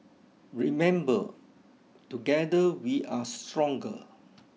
remember together we are stronger